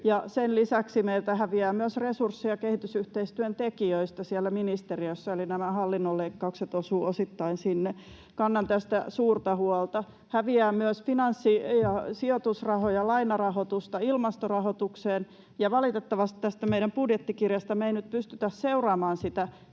sen lisäksi meiltä häviää myös resursseja kehitysyhteistyön tekijöistä siellä ministeriössä, eli nämä hallinnon leikkaukset osuvat osittain sinne. Kannan tästä suurta huolta. Häviää myös finanssi- ja sijoitusrahoja ja lainarahoitusta ilmastorahoitukseen, ja valitettavasti tästä meidän budjettikirjasta me ei nyt pystytä seuraamaan sitä